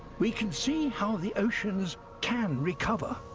we can see how the oceans can recover.